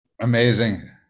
Amazing